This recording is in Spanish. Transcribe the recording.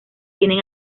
tienen